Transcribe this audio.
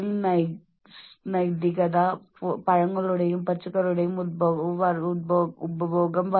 ജോലിസ്ഥലത്തെ പിരിമുറുക്കം നമ്മളിൽ ഉണ്ടാക്കിയേക്കാവുന്ന ചില വശങ്ങൾ അല്ലെങ്കിൽ ചില പ്രശ്നങ്ങൾ